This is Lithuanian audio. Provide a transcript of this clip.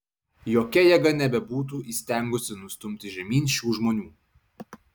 jokia jėga nebebūtų įstengusi nustumti žemyn šių žmonių